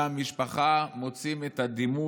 גם משפחה, מוצאים את הדימוי